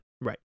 Right